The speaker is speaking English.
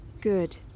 Good